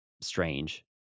Strange